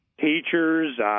teachers